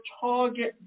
target